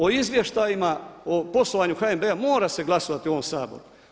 O izvještajima o poslovanju HNB-a moram se glasovati u ovom Saboru.